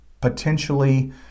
potentially